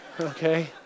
okay